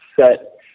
set